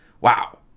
Wow